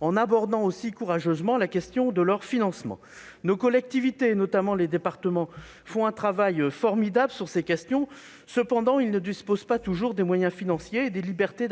en abordant aussi courageusement la question de leur financement. Nos collectivités, notamment les départements, font un travail formidable sur ces questions. Cependant, ils ne disposent pas toujours des moyens financiers et des libertés